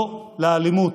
לא לאלימות.